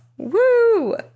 Woo